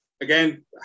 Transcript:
Again